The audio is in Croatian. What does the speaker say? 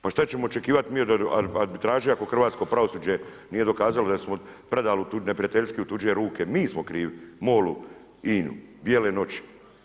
Pa šta ćemo očekivat mi od arbitraže ako hrvatsko pravosuđe nije dokazalo da smo predali neprijateljski u tuđe ruke, mi smo krivi, MOL-u INA-u, bijele noći.